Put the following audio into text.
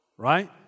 Right